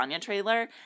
trailer